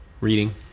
Reading